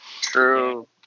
True